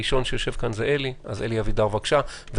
הראשון שיושב כאן הוא אלי אבידר, בבקשה.